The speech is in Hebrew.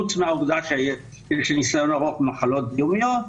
חוץ מהעובדה שיש לי ניסיון ארוך במחלות זיהומיות.